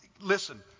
Listen